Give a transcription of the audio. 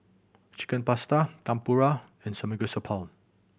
Chicken Pasta Tempura and Samgeyopsal